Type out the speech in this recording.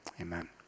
Amen